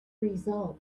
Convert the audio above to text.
result